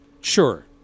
sure